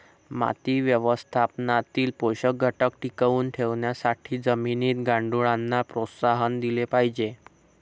माती व्यवस्थापनातील पोषक घटक टिकवून ठेवण्यासाठी जमिनीत गांडुळांना प्रोत्साहन दिले पाहिजे